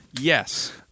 Yes